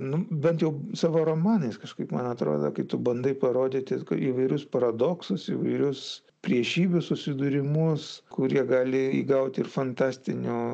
nu bent jau savo romanais kažkaip man atrodo kai tu bandai parodyti įvairius paradoksus įvairius priešybių susidūrimus kurie gali įgauti ir fantastinių